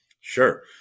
Sure